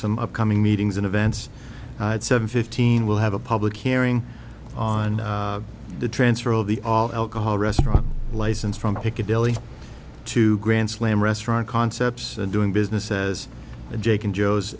some upcoming meetings and events seven fifteen will have a public hearing on the transfer of the all alcohol restaurant license from piccadilly to grand slam restaurant concepts and doing business says jake in jo